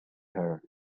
her